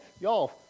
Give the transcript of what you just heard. Y'all